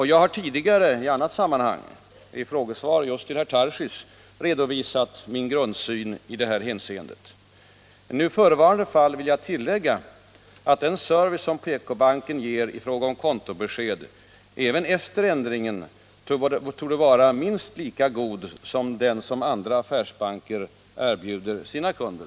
Jag har tidigare i annat sammanhang i frågesvar just till herr Tarschys redovisat min grundsyn i detta hänseende. I nu förevarande fall vill jag tillägga att den service som PK-banken ger i fråga om kontobesked även efter ändringen torde vara minst lika god som den som andra affärsbanker erbjuder sina kunder.